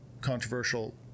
controversial